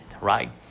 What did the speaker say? right